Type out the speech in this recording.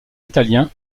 italien